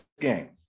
game